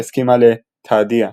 והסכימה ל"תהדיאה"